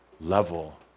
level